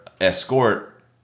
escort